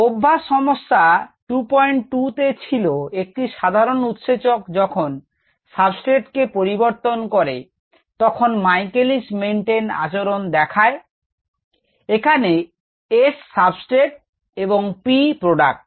অভ্যাস সমস্যা 22 তে ছিল একটি সাধারণ উৎসেচক যখন সাবস্ট্রেট কে পরিবর্তন করে তখন Michaelis Menten আচরণ দেখায় এখানে S সাবস্ট্রেট এবং P প্রোডাক্ট